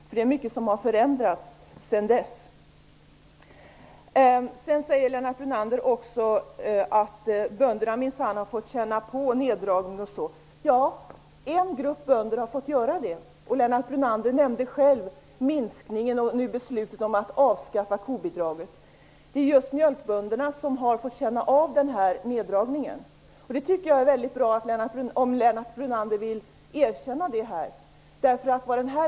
Det är ju mycket som har förändrats sedan dess. Lennart Brunander sade också att bönderna minsann har fått känna av neddragningarna. Ja, en grupp bönder har fått göra det. Lennart Brunander nämnde själv beslutet om att avskaffa kobidraget. Det är just mjölkbönderna som har fått känna av den här neddragningen, och jag tycker att det är bra om Lennart Brunander vill erkänna det.